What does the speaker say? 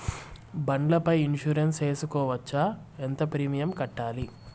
బండ్ల పై ఇన్సూరెన్సు సేసుకోవచ్చా? ఎంత ప్రీమియం కట్టాలి?